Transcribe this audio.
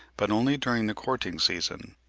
but only during the courting-season.